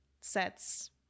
sets